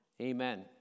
Amen